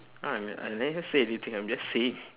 now I I never say anything I'm just saying